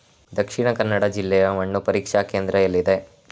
ದಕ್ಷಿಣ ಕನ್ನಡ ಜಿಲ್ಲೆಯಲ್ಲಿ ಮಣ್ಣು ಪರೀಕ್ಷಾ ಕೇಂದ್ರ ಎಲ್ಲಿದೆ?